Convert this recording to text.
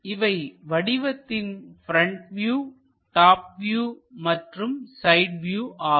இவை வடிவத்தின் front view top view மற்றும் சைட் வியூ ஆகும்